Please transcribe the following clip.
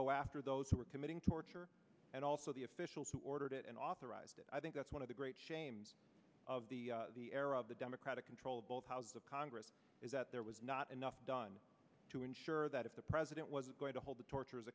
go after those who were committing torture and also the officials who ordered it and authorized it i think that's one of the great shames of the the era of the democratic controlled both houses of congress is that there was not enough done to ensure that if the president was going to hold the torture